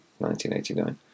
1989